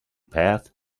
path